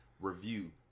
review